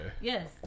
Yes